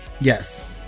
yes